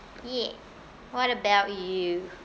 yeah what about you